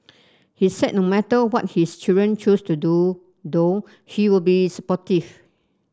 he said no matter what his children choose to do though he'll be supportive